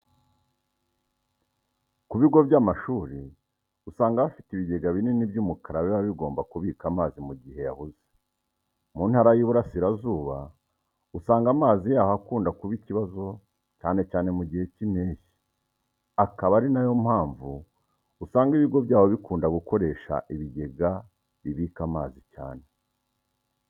Ku bigo by'amashuri usanga bafite ibigega binini by'umukara biba bigomba kubika amazi mu gihe yabuze. Mu Ntara y'Iburasirazuba usanga amazi yaho akunda kuba ikibazo, cyane cyane mu gihe cy'impeshyi, akaba ari na yo mpamvu usanga ibigo byaho bikunda gukoresha ibigega bibika amazi cyane.